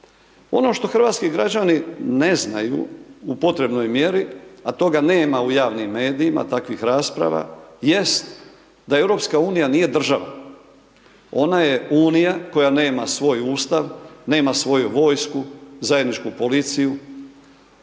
Ono što hrvatski građani ne znaju u potrebnoj mjeri, a toga nema u javnim medijima, takvih rasprava jest da EU nije država, ona je unija koja nema svoj Ustav, nema svoju vojsku, zajedničku policiju,